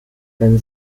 ten